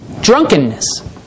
drunkenness